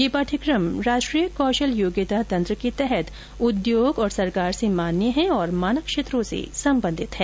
ये पाठ्यक्रम राष्ट्रीय कौशल योग्यता तंत्र के तहत उद्योग और सरकार से मान्य हैं और मानक क्षेत्रों से संबंधित हैं